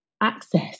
access